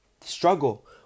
struggle